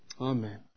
Amen